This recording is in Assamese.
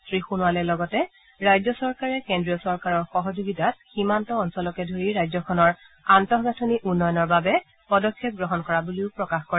শ্ৰী সোণোৱালে লগতে ৰাজ্য চৰকাৰে কেন্দ্ৰীয় চৰকাৰৰ সহযোগিতাত সীমান্ত অঞ্চলকে ধৰি ৰাজ্যখনৰ আন্তঃগাঠনি উন্নয়নৰ বাবে বিশেষভাৱে পদক্ষেপ গ্ৰহণ কৰা বুলিও প্ৰকাশ কৰে